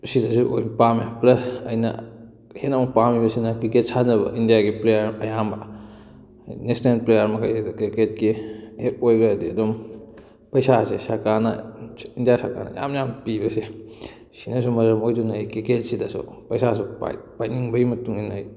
ꯁꯤꯗꯁꯨ ꯑꯣꯏꯅ ꯄꯥꯝꯃꯦ ꯄ꯭ꯂꯁ ꯑꯩꯅ ꯍꯦꯟꯅ ꯑꯃꯨꯛ ꯄꯥꯝꯃꯤꯕꯁꯤꯅ ꯀ꯭ꯔꯤꯛꯀꯦꯠ ꯁꯥꯟꯅꯕ ꯏꯟꯗꯤꯌꯥꯒꯤ ꯄ꯭ꯂꯦꯌꯥꯔ ꯑꯌꯥꯝꯕ ꯅꯦꯁꯅꯦꯜ ꯄ꯭ꯂꯦꯌꯥꯔ ꯃꯈꯩ ꯀ꯭ꯔꯤꯛꯀꯦꯠꯀꯤ ꯍꯦꯛ ꯑꯣꯏꯈ꯭ꯔꯗꯤ ꯑꯗꯨꯝ ꯄꯩꯁꯥꯁꯦ ꯁꯔꯀꯥꯔꯅ ꯏꯟꯗꯤꯌꯥ ꯁꯔꯀꯥꯔꯅ ꯌꯥꯝ ꯌꯥꯝ ꯄꯤꯕꯁꯦ ꯁꯤꯅꯁꯨ ꯃꯔꯝ ꯑꯣꯏꯗꯨꯅ ꯑꯩ ꯀ꯭ꯔꯤꯛꯀꯦꯠꯁꯤꯗꯁꯨ ꯄꯩꯁꯥꯁꯨ ꯄꯥꯏꯅꯤꯡꯕꯒꯤ ꯃꯇꯨꯡꯏꯟꯅ ꯑꯩ